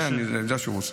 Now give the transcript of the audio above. כן, אני יודע שהוא רוצה.